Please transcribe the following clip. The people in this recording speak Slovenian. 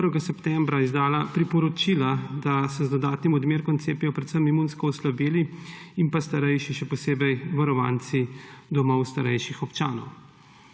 1. septembra izdala priporočila, da se z dodatnim odmerkom cepijo predvsem imunsko oslabeli in pa starejši, še posebej varovanci domov starejših občanov.